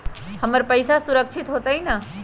हमर पईसा सुरक्षित होतई न?